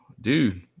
dude